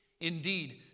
Indeed